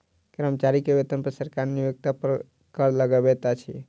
कर्मचारी के वेतन पर सरकार नियोक्ता पर कर लगबैत अछि